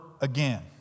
again